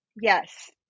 yes